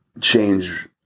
change